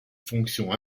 fonctions